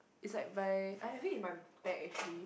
its like by I have it in my bag actually